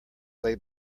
lay